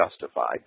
justified